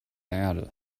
erde